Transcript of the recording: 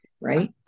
right